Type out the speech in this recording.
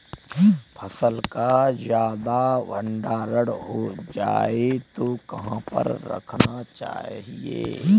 फसल का ज्यादा भंडारण हो जाए तो कहाँ पर रखना चाहिए?